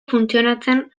funtzionatzen